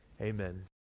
Amen